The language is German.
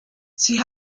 sie